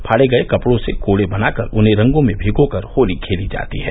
फाड़े गये कपड़ों से कोड़े बनाकर उन्हें रंगों में भिगो कर होली खेली जाती है